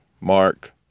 Mark